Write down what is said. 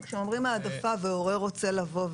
כשאומרים העדפה והורים רוצים לבוא,